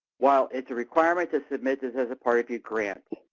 while it's a requirement to submit this as a part of your grant,